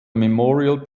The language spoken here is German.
memorial